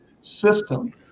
system